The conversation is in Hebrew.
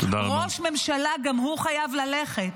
ראש ממשלה גם הוא חייב ללכת.